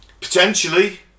Potentially